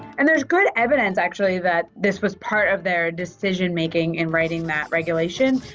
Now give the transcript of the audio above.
and there's good evidence, actually, that this was part of their decision making in writing that regulation.